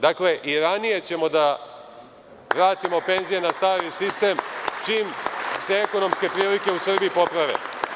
Dakle, i ranije ćemo da vratimo penzije na stari sistem, čim se ekonomske prilike u Srbiji poprave.